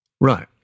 Right